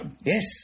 Yes